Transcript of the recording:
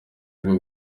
bwo